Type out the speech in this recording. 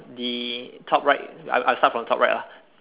the top right I I start from top right lah